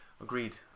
Agreed